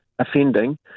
offending